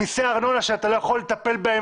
כמו שתל אביב מחולקת,